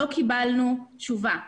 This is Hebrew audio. אבל לא קיבלנו תשובה,